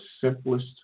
simplest